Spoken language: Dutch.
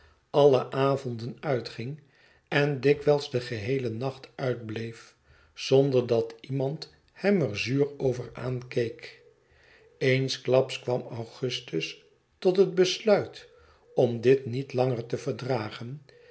alle avonden uitging en dikwijls den geheelen nacht uitbleef zonder dat iemand hem erzuur om aankeek eensklaps kwam augustus tot het besluit om dit niet langer te verdragen